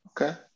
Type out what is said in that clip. Okay